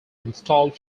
installed